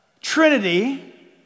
Trinity